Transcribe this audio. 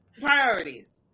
priorities